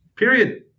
Period